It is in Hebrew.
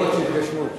נבואות שהתגשמו.